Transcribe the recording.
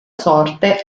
sorte